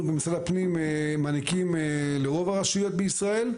במשרד הפנים מעניקים לרוב הרשויות בישראל.